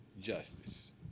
justice